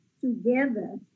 together